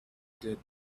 did